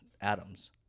atoms